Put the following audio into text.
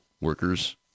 workers